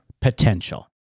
potential